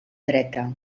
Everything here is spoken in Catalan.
dreta